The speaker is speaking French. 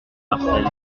marcel